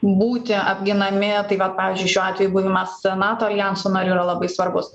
būti apginami tai vat pavyzdžiui šiuo atveju buvimas nato aljanso nariu yra labai svarbus